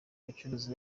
abacuruzi